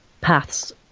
paths